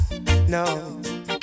No